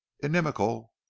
inimical